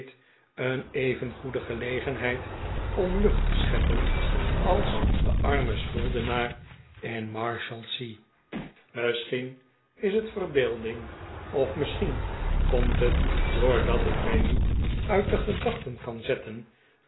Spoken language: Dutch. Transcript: een even goede gelegenheid om lucht te scheppen als de arme schuldenaar in marshalsea misschien is het verbeelding of misschien komt het doordat ik mij niet uit de gedachten kan zetten